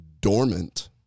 dormant